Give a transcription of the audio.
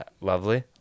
lovely